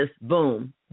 boom